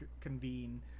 convene